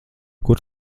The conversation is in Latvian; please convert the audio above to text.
kur